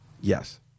Yes